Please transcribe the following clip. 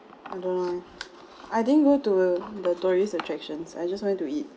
I don't want I didn't go to the the tourist attractions I just went to eat